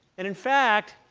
and in fact,